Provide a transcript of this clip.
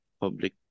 public